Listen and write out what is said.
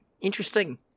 Interesting